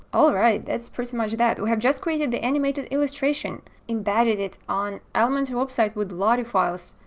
alright that's pretty much that we have just created the animated illustration, embedded it on elementor website with lottie files,